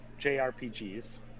JRPGs